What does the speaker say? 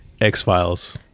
x-files